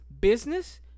business